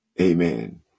Amen